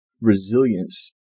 resilience